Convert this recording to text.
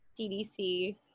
CDC